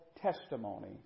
testimony